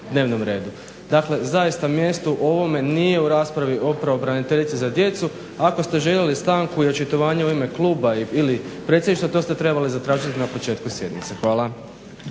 dakle zaista mjesto u ovome nije u raspravi o pravobraniteljici za djecu, ako ste željeli stanku i očitovanje u ime kluba ili predsjedništva to ste trebali zatražiti na početku sjednice. Hvala.